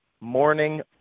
morning